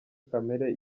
kamere